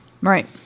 Right